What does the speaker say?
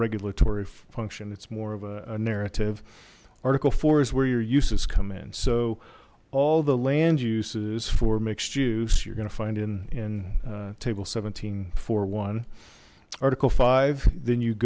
regulatory function it's more of a narrative article four is where your uses come in so all the land uses for mix juice you're gonna find in in table seventeen four one article five then you